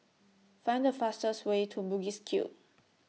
Find The fastest Way to Bugis Cube